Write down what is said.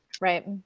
Right